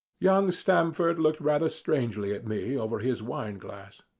young stamford looked rather strangely at me over his wine-glass.